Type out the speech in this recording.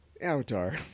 Avatar